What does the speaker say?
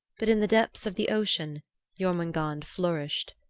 but in the depths of the ocean jormungand flourished.